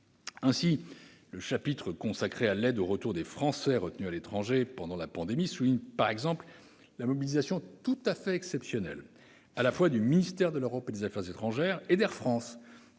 Le chapitre consacré à l'aide au retour des Français retenus à l'étranger pendant la pandémie souligne, par exemple, la mobilisation tout à fait exceptionnelle à la fois du ministère de l'Europe et des affaires étrangères et d'Air France,